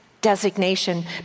designation